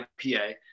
IPA